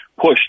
pushed